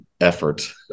effort